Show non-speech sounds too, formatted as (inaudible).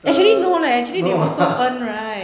err no lah (laughs)